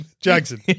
Jackson